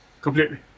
Completely